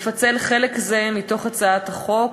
לפצל חלק זה מהצעת החוק,